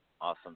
Awesome